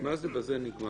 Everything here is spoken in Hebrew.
--- מה זה בזה נגמר?